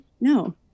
no